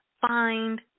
find